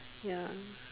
ya